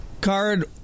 card